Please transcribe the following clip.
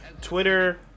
Twitter